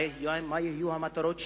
מה יהיו המטרות שלי,